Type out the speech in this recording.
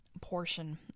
Portion